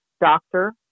Doctor